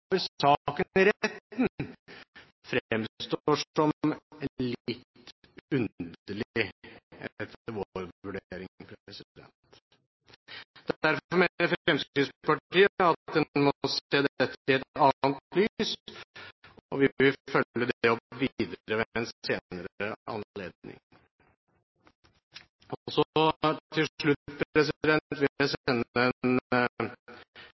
etter vår vurdering som litt underlig. Derfor mener Fremskrittspartiet at en må se dette i et annet lys, og vi vil følge opp dette videre ved en senere anledning. Så vil jeg til slutt